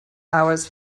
hours